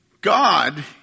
God